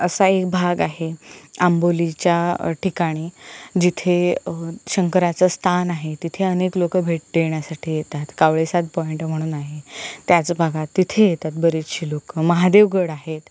असा एक भाग आहे आंबोलीच्या ठिकाणी जिथे ह शंकराचं स्थान आहे तिथे अनेक लोक भेट देण्यासाठी येतात कावळेसाद पॉइंट म्हणून आहे त्याच भागात तिथे येतात बरेचसे लोक महादेवगड आहेत